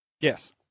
Yes